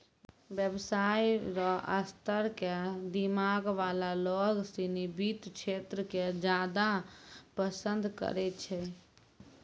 व्यवसाय र स्तर क दिमाग वाला लोग सिनी वित्त क्षेत्र क ज्यादा पसंद करै छै